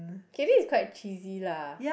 okay this is quite cheesy lah